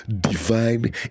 divine